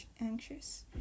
anxious